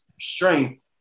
strength